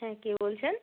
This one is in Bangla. হ্যাঁ কে বলছেন